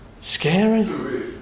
Scary